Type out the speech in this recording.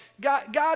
God